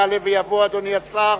יעלה ויבוא אדוני השר